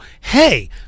hey